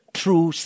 true